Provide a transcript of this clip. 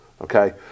Okay